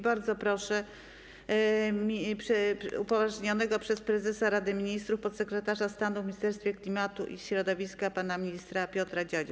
Bardzo proszę upoważnionego przez prezesa Rady Ministrów podsekretarza stanu w Ministerstwie Klimatu i Środowiska pana ministra Piotra Dziadzię.